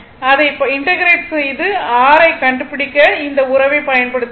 அதை இன்டெகிரெட் அந்த r ஐக் கண்டுபிடிக்க இந்த உறவைப் பயன்படுத்த வேண்டும்